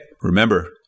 remember